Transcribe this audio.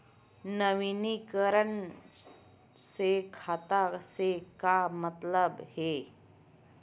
नवीनीकरण से खाता से का मतलब हे?